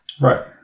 Right